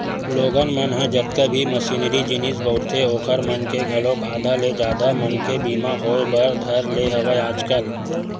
लोगन मन ह जतका भी मसीनरी जिनिस बउरथे ओखर मन के घलोक आधा ले जादा मनके बीमा होय बर धर ने हवय आजकल